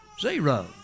Zero